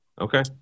Okay